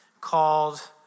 called